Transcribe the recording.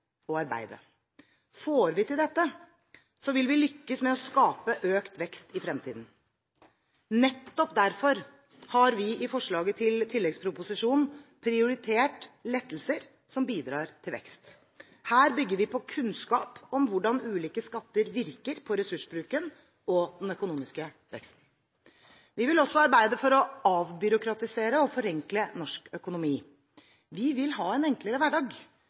Får vi til dette, vil vi lykkes med å skape økt vekst i fremtiden. Nettopp derfor har vi i forslaget til tilleggsproposisjon prioritert lettelser som bidrar til vekst. Her bygger vi på kunnskap om hvordan ulike skatter virker på ressursbruken og den økonomiske veksten. Vi vil også arbeide for å avbyråkratisere og forenkle norsk økonomi. Vi vil ha en enklere hverdag,